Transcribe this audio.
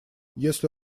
если